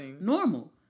normal